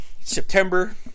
September